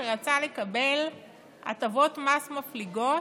שרצה לקבל הטבות מס מפליגות,